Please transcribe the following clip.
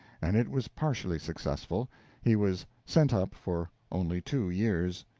and it was partially successful he was sent up for only two years.